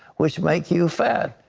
which make you fat.